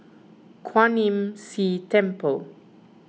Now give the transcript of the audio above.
Kwan Imm See Temple